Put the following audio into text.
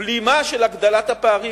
בלימה של הגדלת הפערים,